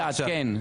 כן.